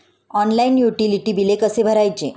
Online utility बिले कसे भरायचे?